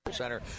Center